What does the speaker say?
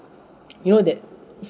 you know that